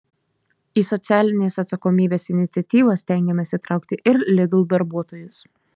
į socialinės atsakomybės iniciatyvas stengiamės įtraukti ir lidl darbuotojus